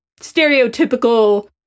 stereotypical